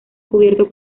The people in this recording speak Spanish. cubierto